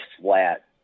flat